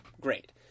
great